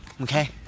okay